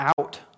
out